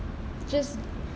just